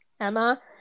Emma